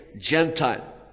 Gentile